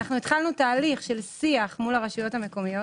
התחלנו תהליך של שיח מול הרשויות המקומיות